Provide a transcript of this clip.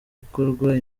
gukorwa